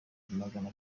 magana